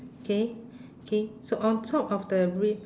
okay okay so on top of the re~